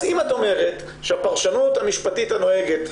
אז אם את אומרת שהפרשנות המשפטית הנוהגת,